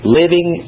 living